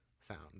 sound